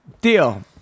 Deal